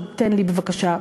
תן לי בבקשה,